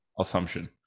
assumption